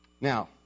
Now